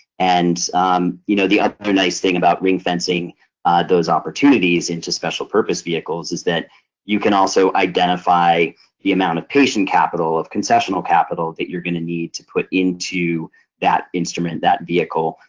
and you know, the other nice thing about ring fencing those opportunities into special purpose vehicles is that you can also identify the amount of patient capital, of concessional capital that you're going to need to put into that instrument, that vehicle,